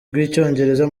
rw’icyongereza